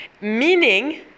Meaning